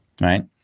Right